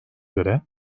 göre